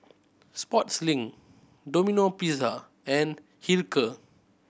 Sportslink Domino Pizza and Hilker